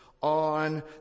on